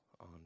on